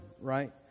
right